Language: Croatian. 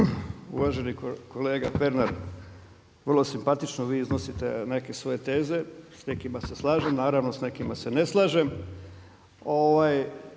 Uvaženi kolega Pernar vrlo simpatično vi iznosite neke svoje teze, s nekima se slažem naravno a s nekima se ne slažem.